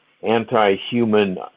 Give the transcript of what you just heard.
anti-human